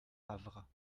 avre